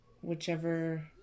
whichever